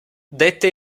dette